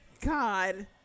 God